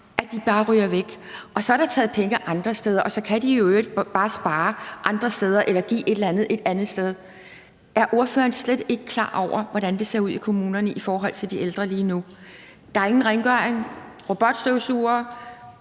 ordføreren, at så er der taget penge andre steder, og at så kan de i øvrigt bare spare andre steder eller give et eller andet et andet sted. Er ordføreren slet ikke klar over, hvordan det ser ud i kommunerne i forhold til de ældre lige nu? Der er ingen rengøring, det med robotstøvsugere